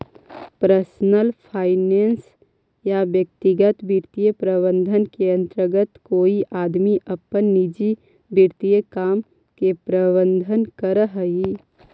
personal finance या व्यक्तिगत वित्तीय प्रबंधन के अंतर्गत कोई आदमी अपन निजी वित्तीय काम के प्रबंधन करऽ हई